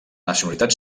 nacionalitat